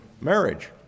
marriage